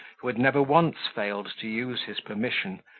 who had never once failed to use his permission,